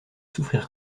souffrir